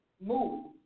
move